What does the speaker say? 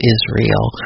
Israel